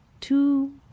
two